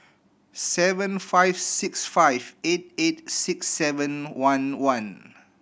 seven five six five eight eight six seven one one